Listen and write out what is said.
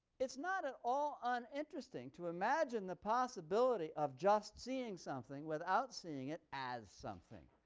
it's not at all uninteresting to imagine the possibility of just seeing something without seeing it as something.